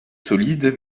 solide